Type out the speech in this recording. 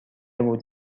بود